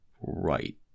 right